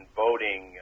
voting